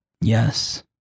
Yes